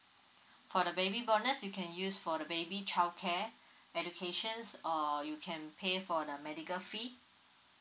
for the baby bonus you can use for the baby childcare education or you can pay for the medical fee